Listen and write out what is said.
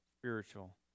spiritual